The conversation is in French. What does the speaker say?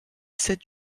sept